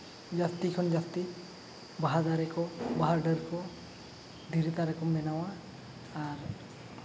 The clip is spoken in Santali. ᱡᱟᱹᱥᱛᱤ ᱠᱷᱚᱱ ᱡᱟᱹᱥᱛᱤ ᱵᱟᱦᱟ ᱫᱟᱨᱮ ᱠᱚ ᱵᱟᱦᱟ ᱰᱟᱹᱨ ᱠᱚ ᱫᱷᱤᱨᱤ ᱫᱟᱨᱮ ᱠᱚᱧ ᱵᱮᱱᱟᱣᱟ ᱟᱨ